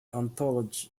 anthology